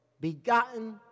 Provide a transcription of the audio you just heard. begotten